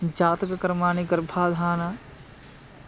जातककर्माणि गर्भाधानम्